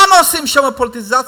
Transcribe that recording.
למה עושים שם פוליטיזציה?